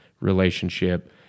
Relationship